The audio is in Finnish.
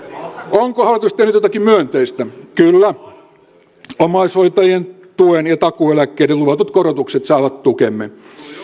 onko hallitus tehnyt jotakin myönteistä kyllä omaishoitajien tuen ja takuueläkkeiden luvatut korotukset saavat tukemme